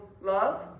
love